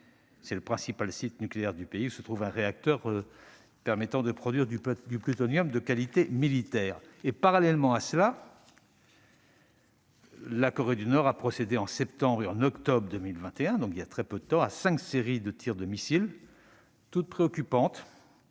s'agit du principal site nucléaire du pays, où se situe un réacteur permettant de produire du plutonium de qualité militaire. En parallèle, la Corée du Nord a effectué en septembre et en octobre 2021- il y a donc très peu de temps -cinq séries de tirs de missiles, toutes préoccupantes,